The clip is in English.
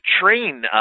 train